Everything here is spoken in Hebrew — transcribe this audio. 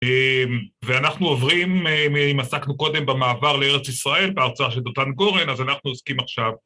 ואנחנו עוברים, אם עסקנו קודם במעבר לארץ ישראל, בהרצאה של דותן גורן, אז אנחנו עוסקים עכשיו